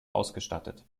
ausgestattet